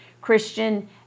Christian